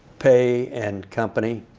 pei and company,